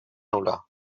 nul·la